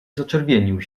zaczerwienił